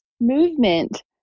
movement